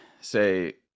say